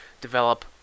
develop